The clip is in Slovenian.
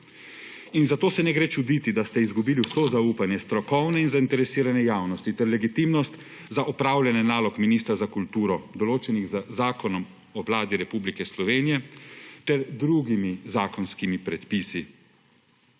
Zato se ne gre čuditi, da ste izgubili vso zaupanje strokovne in zainteresirane javnosti ter legitimnost za opravljanje nalog ministra za kulturo, določenih z Zakonom o Vladi Republike Slovenije ter drugimi zakonskimi predpisi.